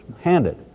handed